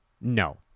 No